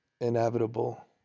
inevitable